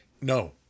No